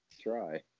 Try